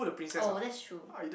oh that's true